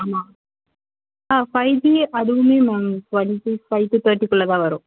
ஆமாம் ஆ five G அதுவுமே மேம் ட்வெண்ட்டி ஃபைவ் டு தேர்ட்டிக்குள்ளேத்தான் வரும்